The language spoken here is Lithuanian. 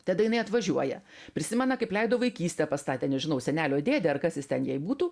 tada jinai atvažiuoja prisimena kaip leido vaikystę pas tą ten nežinau senelio dėdę ar kas jis ten jai būtų